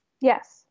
Yes